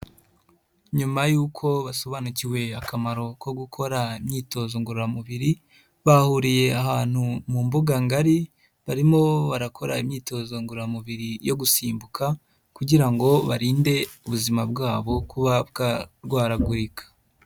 Nyuma y'uko basobanukiwe akamaro ko gukora imyitozo ngororamubiri bahuriye ahantu mu mbuga ngari barimo barakora imyitozo ngororamubiri yo gusimbuka kugira ngo barinde ubuzima bwabo kuba bwarwaragurika.